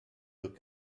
deux